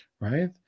right